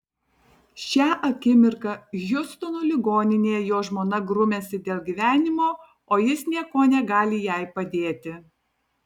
šią akimirką hjustono ligoninėje jo žmona grumiasi dėl gyvenimo o jis niekuo negali jai padėti